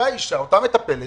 אותה אישה, אותה מטפלת,